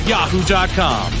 Yahoo.com